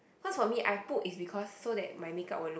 cause for me I put is because so that my makeup won't look